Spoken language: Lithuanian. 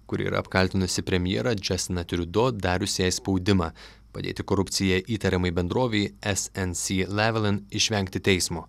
kuri yra apkaltinusi premjerą džastiną triudo darius jai spaudimą padėti korupcija įtariamai bendrovei es en sy levelant išvengti teismo